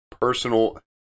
personal